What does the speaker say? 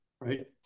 right